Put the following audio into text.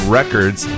records